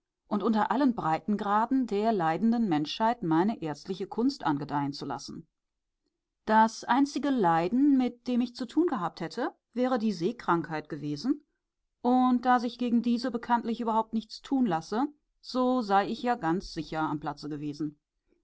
und unter allen breitengraden der leidenden menschheit meine ärztliche kunst angedeihen zu lassen das einzige leiden mit dem ich zu tun gehabt hätte wäre die seekrankheit gewesen und da sich gegen diese bekanntlich überhaupt nichts tun lasse so sei ich ja sicher ganz am platze gewesen